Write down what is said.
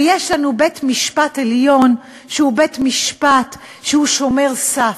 ויש לנו בית-משפט עליון שהוא בית-משפט שהוא שומר סף,